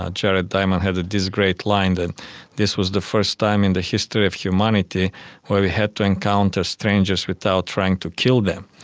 ah jared diamond had this great line that this was the first time in the history of humanity where we had to encounter strangers without trying to kill them.